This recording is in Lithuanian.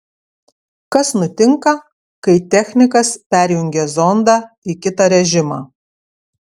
kas nutinka kai technikas perjungia zondą į kitą režimą